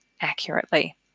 accurately